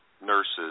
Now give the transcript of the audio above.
nurses